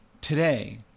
today